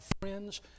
friends